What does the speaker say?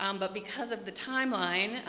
um but because of the timeline,